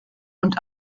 und